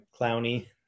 clowny